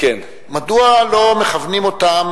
מדוע לא מכוונים אותם,